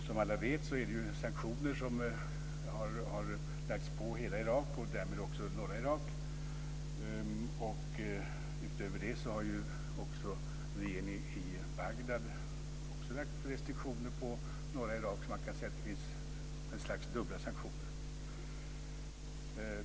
Som alla vet har det satts in sanktioner mot hela Irak och därmed också norra Irak. Utöver det har regeringen i Bagdad infört restriktioner för norra Irak, så man kan säga att det finns dubbla sanktioner.